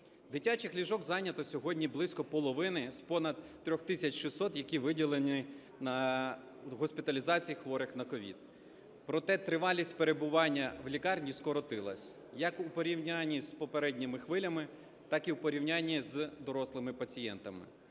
Дитячих ліжок зайнято сьогодні близько половини з понад 3 тисяч 600, які виділені на госпіталізацію хворих на COVID. Проте, тривалість перебування в лікарні скоротилась як у порівнянні з попередніми хвилями, так і у порівнянні з дорослими пацієнтами.